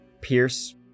Pierce